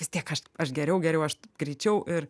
vis tiek aš aš geriau geriau aš greičiau ir